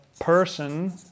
person